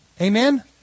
Amen